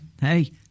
hey